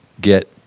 get